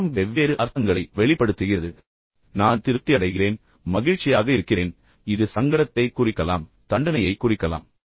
மௌனம் வெவ்வேறு அர்த்தங்களை வெளிப்படுத்துகிறது அது வெறுமனே திருப்தியைக் குறிக்கலாம் நான் திருப்தி அடைகிறேன் மகிழ்ச்சியாக இருக்கிறேன் இது சங்கடத்தை குறிக்கலாம் தண்டனையை குறிக்கலாம்